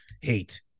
hate